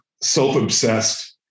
self-obsessed